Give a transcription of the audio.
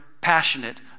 passionate